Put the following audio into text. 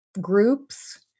groups